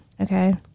Okay